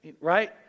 Right